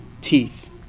Teeth